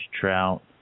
trout